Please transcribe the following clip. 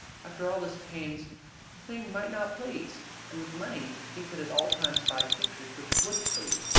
after all his pains the thing might not please and with money he could at all times buy pictures which would please,